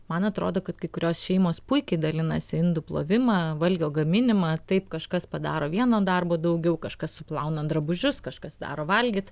man atrodo kad kai kurios šeimos puikiai dalinasi indų plovimą valgio gaminimą taip kažkas padaro vieno darbo daugiau kažkas suplauna drabužius kažkas daro valgyt